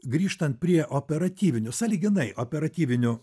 grįžtant prie operatyvinių sąlyginai operatyvinių